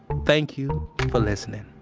thank you for listening